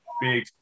big